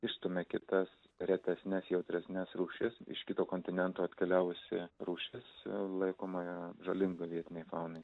išstumia kitas retesnes jautresnes rūšys iš kitų kontinentų atkeliavusi rūšis laikoma žalinga vietinei faunai